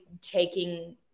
taking